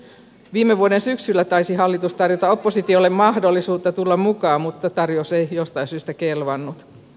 viime vuoden syksyllä taisi hallitus tarjota oppositiolle mahdollisuutta tulla mukaan mutta tarjous ei jostain syystä kelvannut